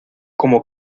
como